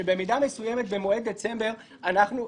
במידה מסוימת במועד דצמבר יש